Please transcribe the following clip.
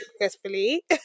successfully